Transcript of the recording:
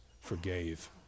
forgave